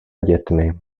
dětmi